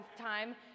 time